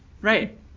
right